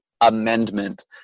amendment